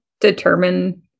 determine